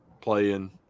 playing